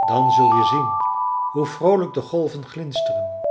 dan zul je zien hoe vroolijk de golven glinsteren